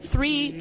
Three